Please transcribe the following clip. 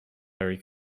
very